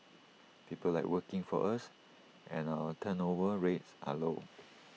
people like working for us and our turnover rates are low